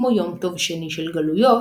כמו יום טוב שני של גלויות,